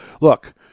Look